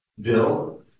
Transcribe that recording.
Bill